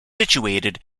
situated